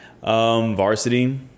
varsity